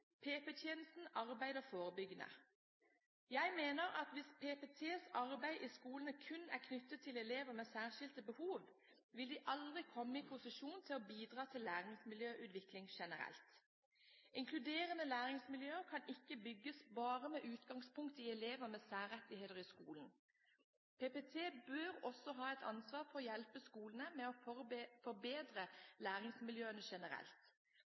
arbeider forebyggende». Jeg mener at hvis PPTs arbeid i skolene kun er knyttet til elever med særskilte behov, vil de aldri komme i posisjon til å bidra til læringsmiljøutvikling generelt. Inkluderende læringsmiljøer kan ikke bygges bare med utgangspunkt i elever med særrettigheter i skolen. PPT bør også ha et ansvar for å hjelpe skolene med å forbedre læringsmiljøene generelt.